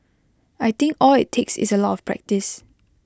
I think all IT takes is A lot of practice